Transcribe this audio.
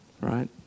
right